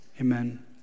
Amen